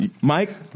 Mike